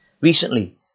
Recently